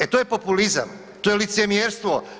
E to je populizam, to je licemjerstvo.